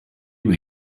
were